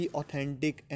authentic